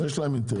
שיהיה קבורום.